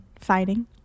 fighting